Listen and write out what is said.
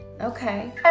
Okay